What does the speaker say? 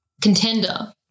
contender